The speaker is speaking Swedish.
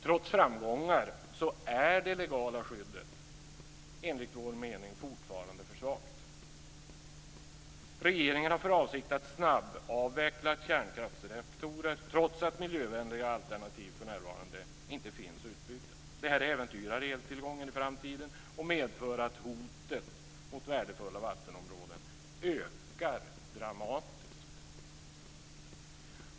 Trots framgångar är det legala skyddet enligt vår mening fortfarande för svagt. Regeringen har för avsikt att snabbavveckla kärnkraftsreaktorer, trots att miljövänliga alternativ för närvarande inte finns utbyggda. Detta äventyrar eltillgången i framtiden och medför att hotet mot värdefulla vattenområden ökar dramatiskt.